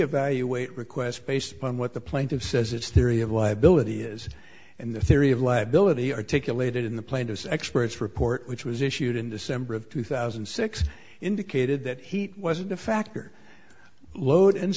evaluate requests based upon what the plaintiffs says it's theory of liability is and the theory of liability articulated in the plaintiff's expert's report which was issued in december of two thousand and six indicated that heat wasn't a factor load and